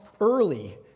early